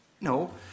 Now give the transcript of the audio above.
No